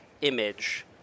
image